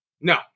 No